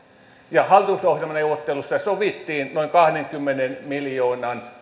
ja hallitusohjelmaneuvotteluissa sovittiin noin kahdenkymmenen miljoonan